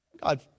God